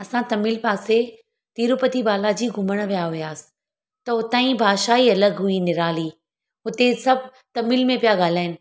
असां तमिल पासे तिरुपती बालाजी घुमण विया हुयासीं त उतां जी भाषा ई अलॻि हुई निराली उते सभु तमिल में पिया ॻाल्हाइनि